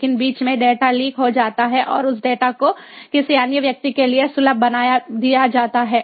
लेकिन बीच में डेटा लीक हो जाता है और उस डेटा को किसी अन्य व्यक्ति के लिए सुलभ बना दिया जाता है